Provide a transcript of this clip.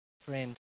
friend